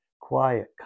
Quiet